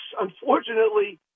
unfortunately